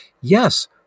yes